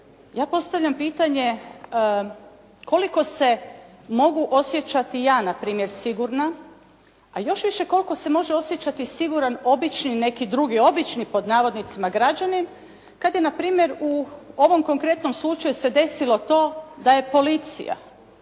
ja postavljam pitanje koliko se mogu osjećati ja na primjer sigurna, a još više koliko se može osjećati siguran obični neki drugi obični pod navodnicima građanin, kad je na primjer u ovom konkretnom slučaju se desilo to da je policija,